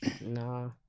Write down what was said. no